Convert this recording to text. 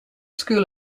school